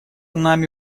нами